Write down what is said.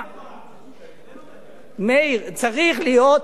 צריך להיות,